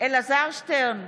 אלעזר שטרן,